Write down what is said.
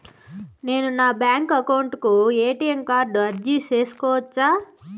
నేను నా bank account కు ఎ.టి.ఎం కార్డు అర్జీ సేసుకోవచ్చా?